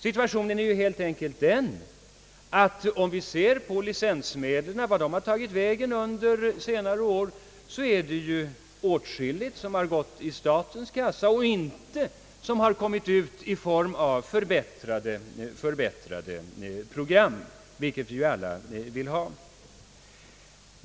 Situationen är helt enkelt följande: Om vi ser på vart licensmedlen har tagit vägen under senare år, konstaterar vi att åtskilligt har gått till statskassan och har därigenom inte kommit ut i form av förbättrade program, vilket vi alla önskar.